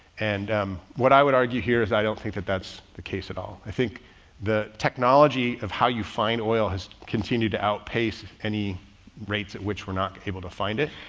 and um what i would argue here is i don't think that that's the case at all. i think the technology of how you find oil has continued to outpace any rates at which we're not able to find it.